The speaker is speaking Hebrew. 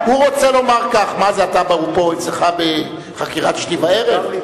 הוא אצלך בחקירת שתי וערב?